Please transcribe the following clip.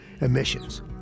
emissions